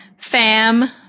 Fam